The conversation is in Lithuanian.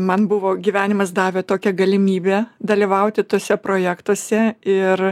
man buvo gyvenimas davė tokią galimybę dalyvauti tuose projektuose ir